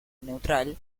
neutral